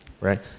right